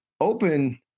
open